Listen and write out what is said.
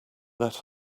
let